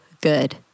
good